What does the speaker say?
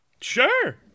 Sure